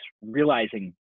realizing